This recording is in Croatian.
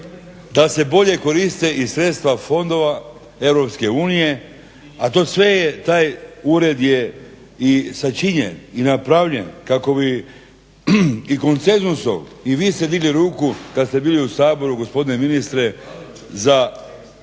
da se bolje koriste i sredstava fondova EU, a to sve, je taj ured, je i sačinjen i napravljen kako bi i konsenzusom i vi ste digli ruku kad ste bili u Saboru gospodine ministre za